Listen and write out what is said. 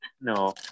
no